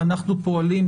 ואנחנו פועלים,